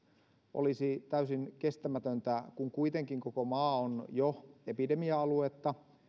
olisi täysin kestämätöntä kun kuitenkin koko maa on jo epidemia aluetta